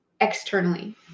externally